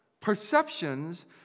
perceptions